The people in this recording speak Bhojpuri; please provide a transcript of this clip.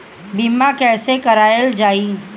बीमा कैसे कराएल जाइ?